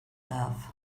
love